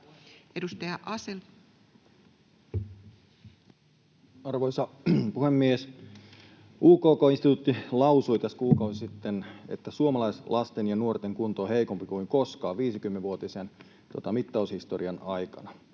Content: Arvoisa puhemies! UKK-instituutti lausui tässä kuukausi sitten, että suomalaislasten ja ‑nuorten kunto on heikompi kuin koskaan 50-vuotisen mittaushistorian aikana.